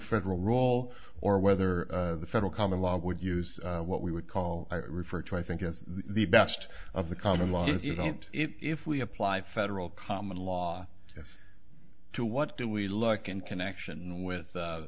federal role or whether the federal common law would use what we would call refer to i think as the best of the common law if you don't if we apply federal common law as to what do we look in connection with